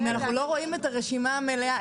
אם אנחנו לא רואים את הרשימה המלאה,